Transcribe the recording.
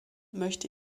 möchte